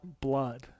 blood